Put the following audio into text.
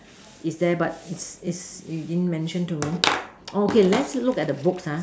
is there but is is you didn't mention to me okay let's look at the books ha